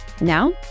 Now